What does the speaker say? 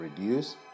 reduce